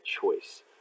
choice